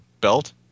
belt